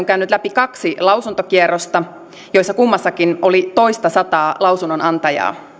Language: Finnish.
käynyt läpi kaksi lausuntokierrosta joissa kummassakin oli toistasataa lausunnonantajaa